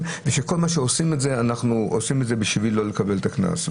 ושאנחנו עושים את זה רק בשביל לא לקבל את הקנס.